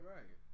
Right